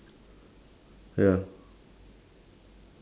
ya